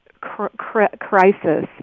crisis